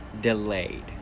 delayed